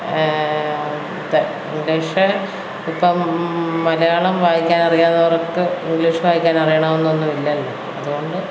English ഇപ്പം മലയാളം വായിക്കാൻ അറിയാത്തവർക്ക് ഇംഗ്ലീഷ് വായിക്കാൻ അറിയണമെന്നൊന്നും ഇല്ലല്ലോ അതുകൊണ്ട്